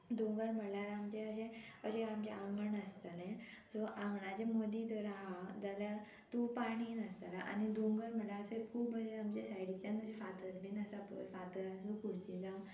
दोंगर म्हळ्यार आमचें अशें अशें आमचें आंगण आसतालें सो आंगणाचे मदीं जर आहा जाल्यार तूं पाणी नासतालें आनी दोंगर म्हळ्यार अशें खूब अशें आमच्या सायडीच्यान अशें फातर बीन आसा पय फातर आसू जांव खुर्ची जावं